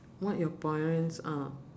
what your parents ah